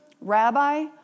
Rabbi